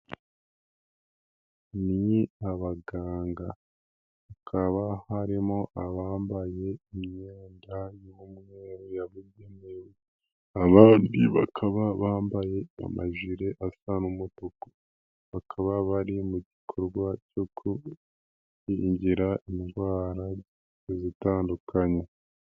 Ni abaganga hakaba harimo abambaye imyenda y'umweru yabugenewe, abandi bakaba bambaye amajire asa n'umutuku, bakaba bari mu gikorwa cyo gukingira indwara zitandukanye.